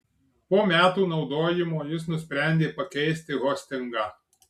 po metų naudojimo jis nusprendė pakeisti hostingą